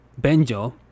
Benjo